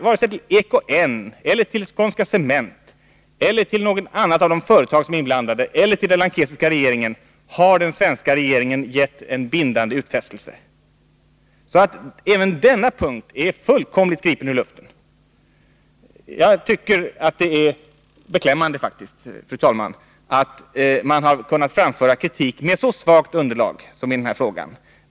Vare sig till EKN, Skånska Cement eller något annat av de företag som är inblandade, eller till den lankesiska regeringen har den svenska regeringen gett en bindande utfästelse. Även denna punkt är fullkomligt gripen ur luften. Jag tycker faktiskt, fru talman, att det är beklämmande att man har kunnat framföra kritik med så svagt underlag som i den här frågan.